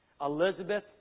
Elizabeth